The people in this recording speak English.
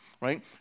right